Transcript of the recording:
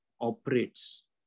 operates